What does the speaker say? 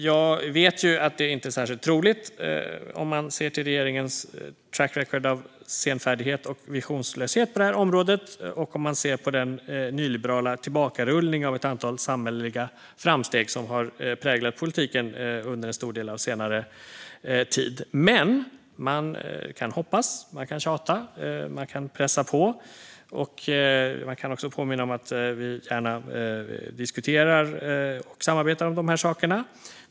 Jag vet att det inte är särskilt troligt om man ser till regeringens track record av senfärdighet och visionslöshet på det här området och på den nyliberala tillbakarullning av ett antal samhälleliga framsteg som har präglat politiken under en stor del av senare tid. Men vi kan hoppas, vi kan tjata och pressa på. Vi kan också påminna om att vi gärna diskuterar och samarbetar om de här sakerna.